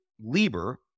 Lieber